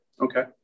Okay